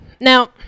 Now